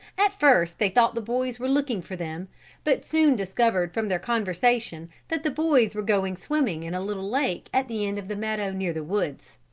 at first they thought the boys were looking for them but soon discovered from their conversation that the boys were going swimming in a little lake at the end of the meadow near the woods.